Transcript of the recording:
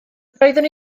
roeddwn